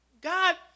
God